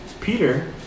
peter